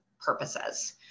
purposes